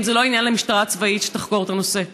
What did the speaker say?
האם זה לא עניין למשטרה הצבאית שתחקור את הנושא?